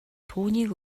түүнийг